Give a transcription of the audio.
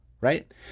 Right